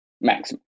Maximum